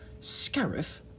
Scarif